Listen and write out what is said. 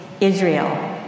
Israel